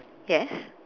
yes